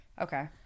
okay